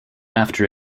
after